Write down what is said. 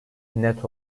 net